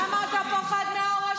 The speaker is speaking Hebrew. למה אתה פוחד מדמוקרטיה,